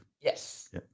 Yes